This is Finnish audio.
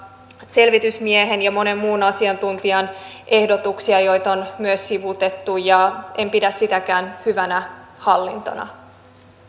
selvitysmiehen ja monen muun asiantuntijan ehdotuksia joita on myös sivuutettu ja en pidä sitäkään hyvänä hallintona